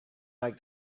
like